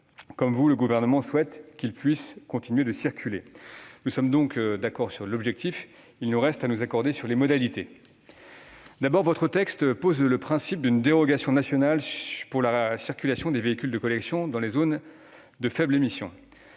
Comme vous, le Gouvernement souhaite qu'ils puissent continuer de circuler. Nous sommes d'accord sur l'objectif ; il nous reste à nous accorder sur les modalités. Premièrement, votre texte pose le principe d'une dérogation nationale pour la circulation des véhicules de collection dans les zones à faibles émissions.